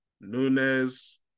nunez